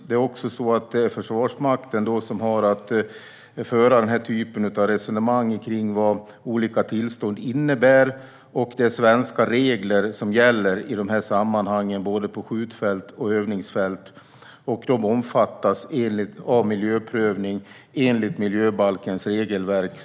Det är också Försvarsmakten som har att föra den här typen av resonemang kring vad olika tillstånd innebär, och det är svenska regler som gäller i dessa sammanhang - både på skjutfält och på övningsfält. De omfattas av miljöprövning enligt miljöbalkens regelverk.